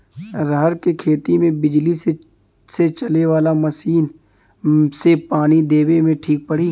रहर के खेती मे बिजली से चले वाला मसीन से पानी देवे मे ठीक पड़ी?